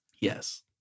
Yes